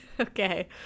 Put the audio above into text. Okay